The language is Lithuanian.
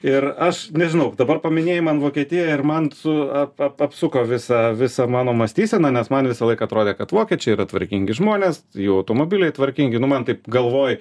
ir aš nežinau dabar paminėjai man vokietiją ir man su ap ap apsuko visą visą mano mąstyseną nes man visąlaik atrodė kad vokiečiai yra tvarkingi žmonės jų automobiliai tvarkingi nu man taip galvoj